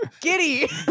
Giddy